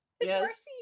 yes